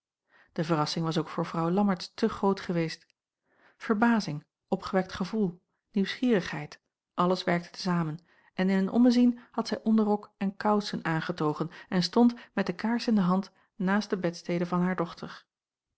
de verrassing was ook voor vrouw lammertsz te groot geweest verbazing opgewekt gevoel nieuwsgierigheid alles werkte te zamen en in een ommezien had zij onderrok en kousen aangetogen en stond met de kaars in de hand naast de bedstede van haar dochter